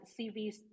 CVs